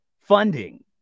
funding